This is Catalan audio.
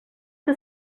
que